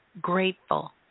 grateful